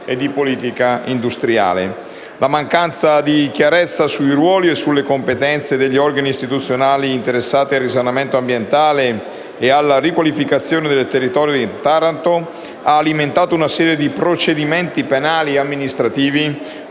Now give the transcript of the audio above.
La mancanza di chiarezza sui ruoli e sulle competenze degli organi istituzionali interessati al risanamento ambientale e alla riqualificazione del territorio di Taranto ha alimentato una serie di procedimenti penali e amministrativi